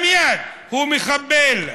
הם מייד: הוא מחבל,